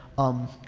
um,